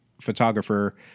photographer